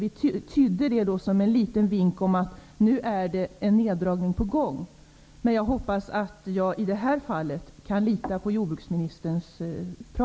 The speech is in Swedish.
Vi tydde det som en liten vink om att det är en neddragning på gång. Men jag hoppas att jag i detta fall kan lita på jordbruksministerns ord.